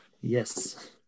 Yes